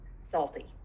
Salty